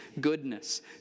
goodness